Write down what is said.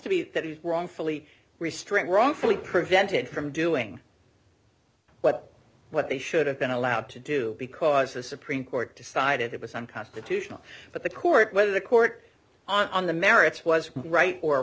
to be that it wrongfully restrict wrongfully prevented from doing what what they should have been allowed to do because the supreme court decided it was unconstitutional but the court whether the court on the merits was right or